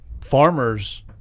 farmers